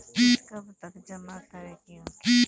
किस्त कब तक जमा करें के होखी?